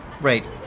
Right